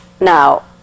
Now